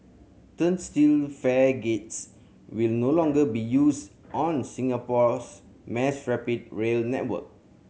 turnstile fare gates will no longer be used on Singapore's mass rapid rail network